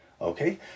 Okay